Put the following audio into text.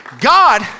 God